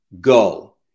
Go